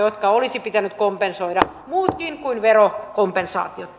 jotka olisi pitänyt kompensoida tehdä muutkin kuin verokompensaatiot